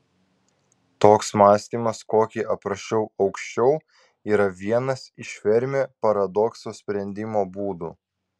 toks mąstymas kokį aprašiau aukščiau yra vienas iš fermi paradokso sprendimo būdų